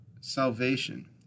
salvation